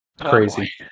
crazy